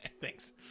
Thanks